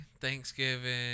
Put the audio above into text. Thanksgiving